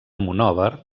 monòver